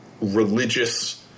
religious